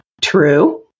true